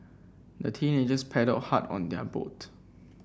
the teenagers paddled hard on their boat